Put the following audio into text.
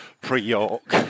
Pre-York